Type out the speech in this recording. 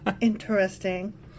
Interesting